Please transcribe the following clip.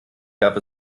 gab